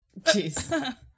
Jeez